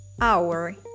hour